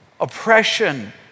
oppression